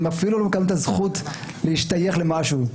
הם אפילו לא מקבלים את הזכות להשתייך למשהו,